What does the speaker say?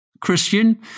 Christian